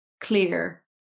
clear